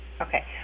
Okay